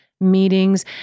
meetings